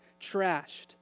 trashed